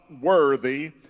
worthy